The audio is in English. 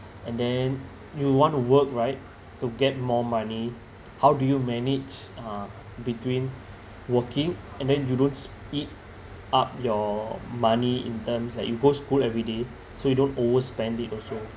and then you want to work right to get more money how do you manage uh between working and then you don't eat up your money in terms like you go school everyday so you don't always spend it also